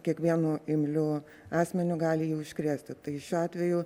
kiekvienu imliu asmeniu gali jį užkrėsti tai šiuo atveju